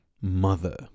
mother